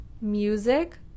music